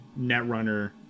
netrunner